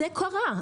זה קרה.